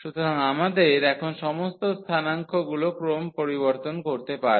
সুতরাং আমাদের এখন সমস্ত স্থানাঙ্কগুলো ক্রম পরিবর্তন করতে পারে